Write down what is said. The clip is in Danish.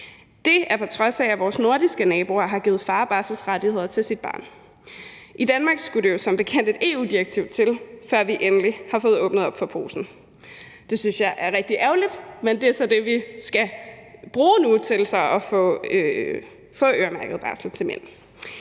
Det er, på trods af at vores nordiske naboer har givet far barselsrettigheder til sit barn. I Danmark skulle der som bekendt et EU-direktiv til, før vi endelig har fået åbnet op for posen. Det synes jeg er rigtig ærgerligt, men det er så det, vi nu skal bruge for at få øremærket barsel til mænd.